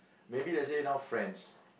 maybe let's say now friends